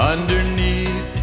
Underneath